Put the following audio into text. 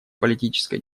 политической